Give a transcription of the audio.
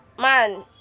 man